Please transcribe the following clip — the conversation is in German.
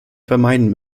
vermeiden